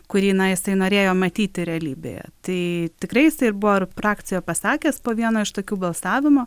kurį na isai norėjo matyti realybėje tai tikrai jisai ir buvo prakcijoj pasakęs po vieno iš tokių balsavimo